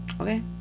Okay